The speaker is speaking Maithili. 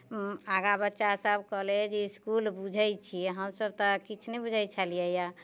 आगाँ बच्चासभ कॉलेज इसकुल बुझैत छियै हमसभ तऽ किछु नहि बूझैत छलियैए